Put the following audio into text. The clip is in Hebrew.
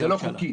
זה לא חוקי.